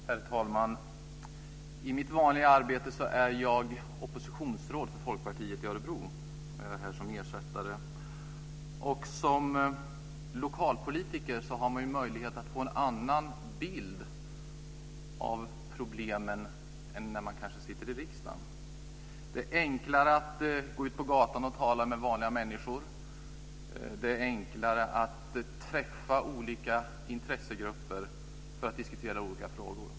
Herr talman! I mitt vanliga arbete är jag oppositionsråd för Folkpartiet i Örebro. Jag är här i riksdagen som ersättare. Som lokalpolitiker har man möjlighet att få en annan bild av problemen än när man sitter i riksdagen. Det är enklare att gå ut på gatan och tala med vanliga människor. Det är enklare att träffa olika intressegrupper för att diskutera olika frågor.